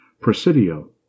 Presidio